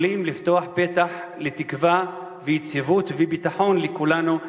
יכולה לפתוח פתח לתקווה, יציבות וביטחון לכולנו.